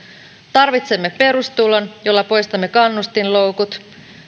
tarvitsemme perustulon jolla poistamme kannustinloukut